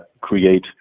create